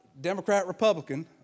Democrat-Republican